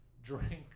drink